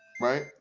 right